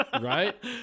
Right